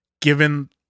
given